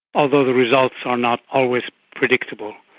although the results are not always predictable.